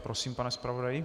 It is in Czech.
Prosím, pane zpravodaji.